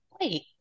wait